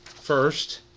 first